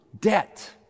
debt